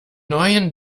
neuen